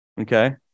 Okay